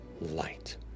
light